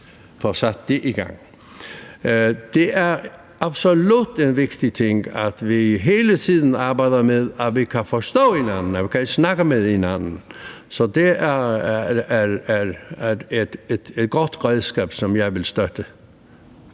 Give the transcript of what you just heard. kan få sat det i gang. Det er absolut en vigtig ting, at vi hele tiden arbejder med at kunne forstå hinanden, at vi kan snakke med hinanden. Så det er et godt redskab, som jeg vil støtte.